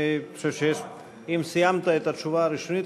אני חושב שאם סיימת את התשובה הרשמית,